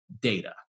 data